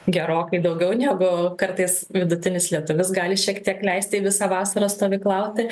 gerokai daugiau negu kartais vidutinis lietuvis gali šiek tiek leisti visą vasarą stovyklauti